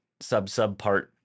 sub-subpart